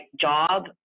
job